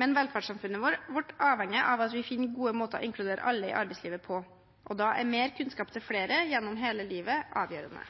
Men velferdssamfunnet vårt avhenger av at vi finner gode måter å inkludere alle i arbeidslivet på, og da er mer kunnskap til flere gjennom hele